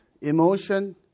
emotion